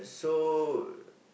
so